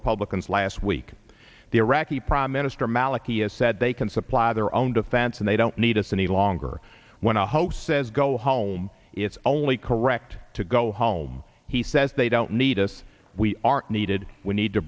republicans last week the iraqi prime minister maliki has said they can supply their own defense and they don't need us any longer when a host says go home it's only correct to go home he says they don't need us we are needed we need to